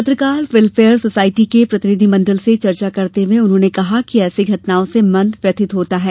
पत्रकार welfare society के प्रतिनिधि मंडल से चर्चा करते हुए उन्होंने कहा कि ऐसी घटनाओं से मन व्यथित होता है